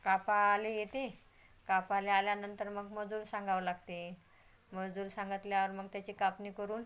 कापायला येते कापायला आल्यानंतर मग मजूर सांगावं लागते मजूर सांगितल्यावर मग त्याची कापणी करून